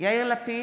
יאיר לפיד,